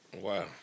Wow